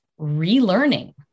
relearning